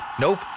Nope